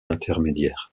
intermédiaire